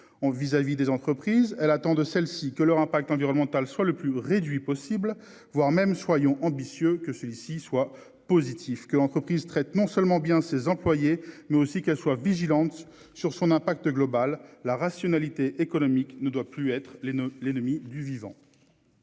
vis-à-vis des entreprises, elle attend de celle-ci que leur impact environnemental soit le plus réduit possible voire même soyons ambitieux que celui-ci soit positif que l'entreprise traite non seulement bien ses employés, mais aussi qu'elle soit vigilante sur son impact global la rationalité économique ne doit plus être les l'ennemi du vivant.